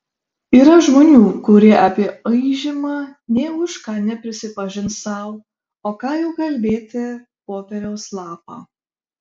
yra žmonių kurie apie aižymą nė už ką neprisipažins sau o ką jau kalbėti popieriaus lapą